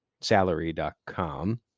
salary.com